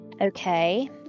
Okay